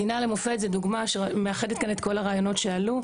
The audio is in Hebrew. מדינה למופת זו דוגמה שמאחדת כאן את כל הרעיונות שעלו,